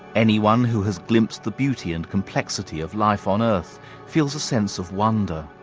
anyone who has glimpsed the beauty and complexity of life on earth feels a sense of wonder.